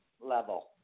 level